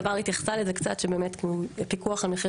תמר התייחסה לזה קצת שהפיקוח של מחיר